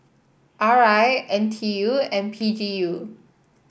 R I N T U and P G U